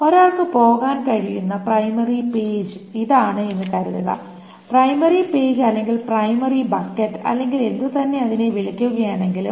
ഒരാൾക്ക് പോകാൻ കഴിയുന്ന പ്രൈമറി പേജ് ഇതാണ് എന്ന് കരുതുക പ്രൈമറി പേജ് അല്ലെങ്കിൽ പ്രൈമറി ബക്കറ്റ് അല്ലെങ്കിൽ എന്തുതന്നെ അതിനെ വിളിക്കുകയാണെങ്കിലും